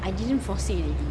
I didn't fall sick already